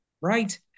Right